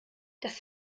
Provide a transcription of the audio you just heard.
das